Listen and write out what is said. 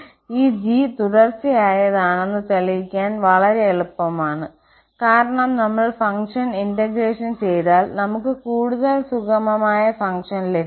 ഈ g തുടർച്ചയായതാണെന്ന് തെളിയിക്കാൻ വളരെ എളുപ്പമാണ് കാരണം നമ്മൾ ഫംഗ്ഷൻ ഇന്റഗ്രേഷൻ ചെയ്താൽ നമുക്ക് കൂടുതൽ സുഗമമായ ഫംഗ്ഷൻ ലഭിക്കും